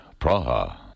Praha